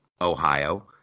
Ohio